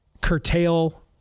curtail